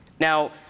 Now